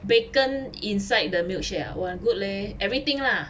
bacon inside the milkshake ah !wah! good leh everything lah